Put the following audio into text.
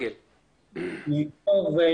כפרים הלא מוכרים.